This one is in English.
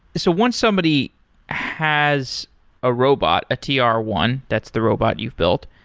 so once somebody has a robot, a t r one. that's the robot you've built.